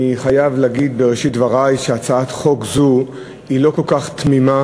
אני חייב להגיד בראשית דברי שהצעת חוק זאת היא לא כל כך תמימה